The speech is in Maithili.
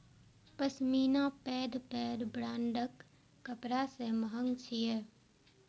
पश्मीना पैघ पैघ ब्रांडक कपड़ा सं महग बिकै छै